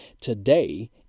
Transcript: Today